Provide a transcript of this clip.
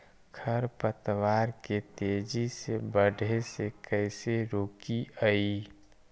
खर पतवार के तेजी से बढ़े से कैसे रोकिअइ?